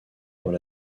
dans